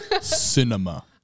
Cinema